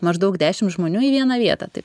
maždaug dešim žmonių į vieną vietą tai